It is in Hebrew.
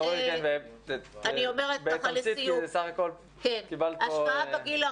אורלי, בתמצית, כי סך הכול קיבלת פה פרגון.